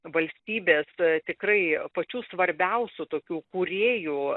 valstybės tikrai pačių svarbiausių tokių kūrėjų